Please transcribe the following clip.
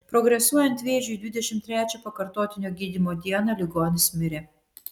progresuojant vėžiui dvidešimt trečią pakartotinio gydymo dieną ligonis mirė